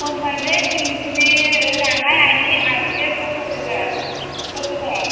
फोनमध्ये तीन G B RAM आहे आणि आठशेचा प्रोसेसर आहे प्रोसेसर आहे